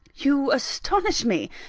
you astonish me!